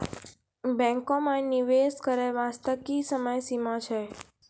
बैंको माई निवेश करे बास्ते की समय सीमा छै?